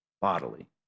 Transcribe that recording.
bodily